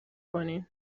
کنین